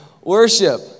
worship